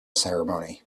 ceremony